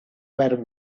were